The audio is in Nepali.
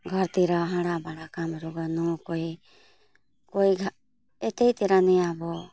घरतिर हाँडाभाँडा कामहरू गर्न कोही कोही यतैतिर नै अब